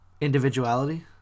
Individuality